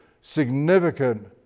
significant